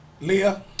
Leah